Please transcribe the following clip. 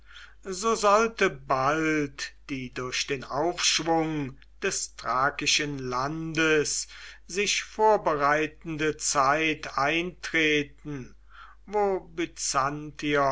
so sollte bald die durch den aufschwung des thrakischen landes sich vorbereitende zeit eintreten wo